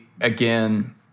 again